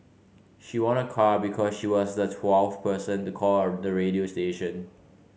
she won a car because she was the twelfth person to call the radio station